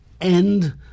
end